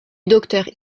docteur